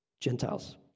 Gentiles